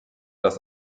dass